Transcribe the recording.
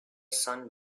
son